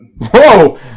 Whoa